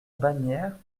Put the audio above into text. bannière